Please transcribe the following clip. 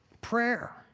Prayer